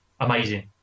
amazing